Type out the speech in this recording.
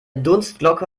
dunstglocke